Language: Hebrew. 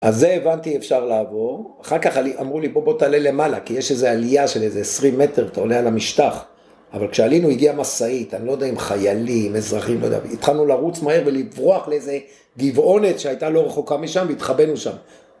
אז זה הבנתי אפשר לעבור, אחר כך אמרו לי בוא תעלה למעלה כי יש איזו עלייה של איזה 20 מטר, אתה עולה על המשטח. אבל כשעלינו הגיעה משאית, אני לא יודע אם חיילים, אזרחים, התחלנו לרוץ מהר ולברוח לאיזה גבעונת שהייתה לא רחוקה משם והתחבאנו שם.